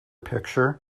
picture